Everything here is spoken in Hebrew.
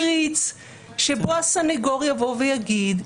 את מייצרת תמריץ שבו הסנגור יבוא ויגיד: